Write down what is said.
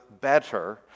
better